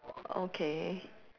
okay